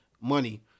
money